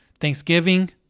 Thanksgiving